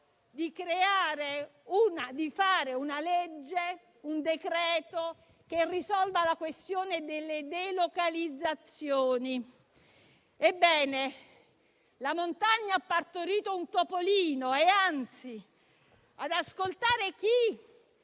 di presentare un decreto-legge che risolva la questione delle delocalizzazioni. Ebbene, la montagna ha partorito un topolino; anzi, ad ascoltare chi